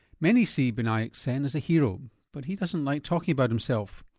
many see binayak sen as a hero but he doesn't like talking about himself.